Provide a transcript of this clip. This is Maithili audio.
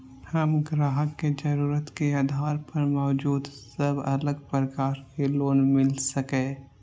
हम ग्राहक के जरुरत के आधार पर मौजूद सब अलग प्रकार के लोन मिल सकये?